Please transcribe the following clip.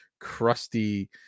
crusty